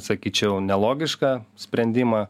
sakyčiau nelogišką sprendimą